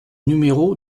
numéro